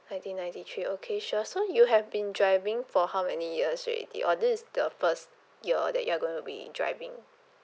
nineteen ninety three okay sure so you have been driving for how many years already or this is the first year that you're gonna be driving